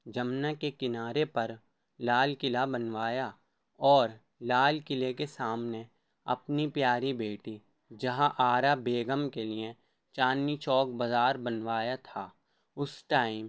جمنا کے کنارے پر لال قلعہ بنوایا اور لال قلعے کے سامنے اپنی پیاری بیٹی جہاں آراء بیگم کے لیے چاندنی چوک بازار بنوایا تھا اس ٹائم